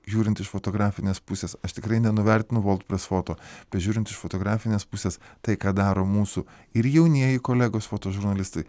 žiūrint iš fotografinės pusės aš tikrai nenuvertinu presfoto bet žiūrint iš fotografinės pusės tai ką daro mūsų ir jaunieji kolegos fotožurnalistai